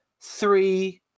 three